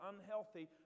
unhealthy